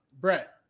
Brett